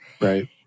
Right